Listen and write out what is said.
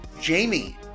Jamie